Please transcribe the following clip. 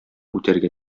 үтәргә